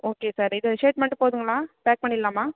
okay sir இதே shirt மட்டும் போதுங்களா பேக் பண்ணிடலாமா